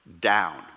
down